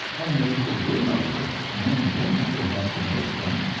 and that if there were no work, men and women would have to make some,